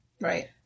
right